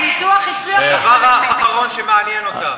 זה הדבר האחרון שמעניין אותם.